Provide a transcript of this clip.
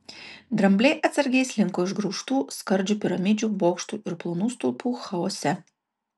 drambliai atsargiai slinko išgraužtų skardžių piramidžių bokštų ir plonų stulpų chaose